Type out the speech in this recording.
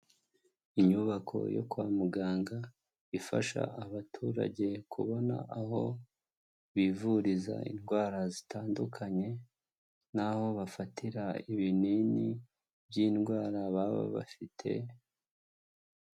Inyubako yo kwa muganga ifasha abaturage kubona aho bivuriza, indwara zitandukanye n'aho bafatira ibinini by'indwara baba bafite.